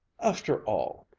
after all,